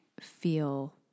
Feel